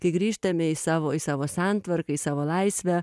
kai grįžtame į savo į savo santvarką į savo laisvę